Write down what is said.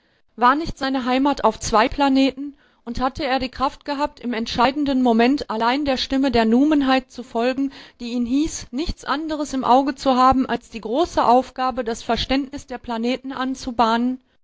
war nicht seine heimat auf zwei planeten und hatte er die kraft gehabt im entscheidenden moment allein der stimme der numenheit zu folgen die ihn hieß nichts anderes im auge zu haben als die große aufgabe das verständnis der planeten anzubahnen